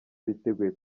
biteguye